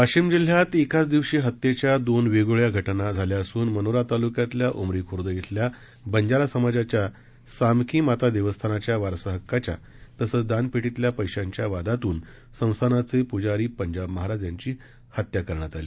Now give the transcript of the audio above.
वाशिम जिल्ह्यात एकाच दिवशी हत्येच्या दोन वेगवेगळया घटना घडल्या सून मानोरा ताल्क्यातील उमरी ख्र्द येथील बंजारा समाजाच्या सामकी मातादेवस्थानाच्या वारसा हक्काच्या तसचं दानपेटीतील पैशांच्या वादातून संस्थानाचे प्जीरी पंजाब महाराज यांची हत्या करण्यात आली